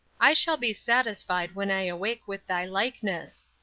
i shall be satisfied when i awake with thy likeness.